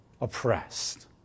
Oppressed